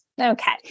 Okay